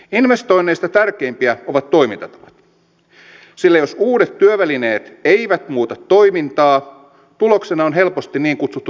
investoinneista tärkeimpiä ovat toimintatavat sillä jos uudet työvälineet eivät muuta toimintaa tuloksena on helposti niin kutsuttu tuottavuusparadoksi